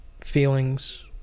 Feelings